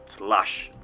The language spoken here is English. lush